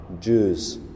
Jews